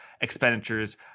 expenditures